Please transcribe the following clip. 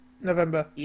November